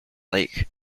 lake